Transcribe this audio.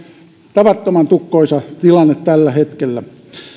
tavattoman tukkoisa tilanne tällä hetkellä